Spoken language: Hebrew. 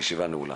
הישיבה נעולה.